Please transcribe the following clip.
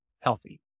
healthy